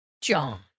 John